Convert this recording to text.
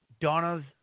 Donna's